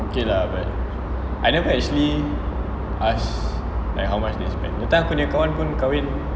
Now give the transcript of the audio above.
okay lah but I never actually ask how much they spend that time aku punya kawan pun kahwin